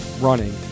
running